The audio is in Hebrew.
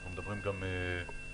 אנחנו מדברים גם בשגרה.